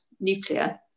nuclear